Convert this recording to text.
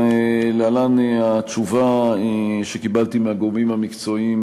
ולהלן התשובה שקיבלתי מהגורמים המקצועיים